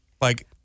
Like-